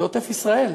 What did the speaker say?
זה עוטף-ישראל.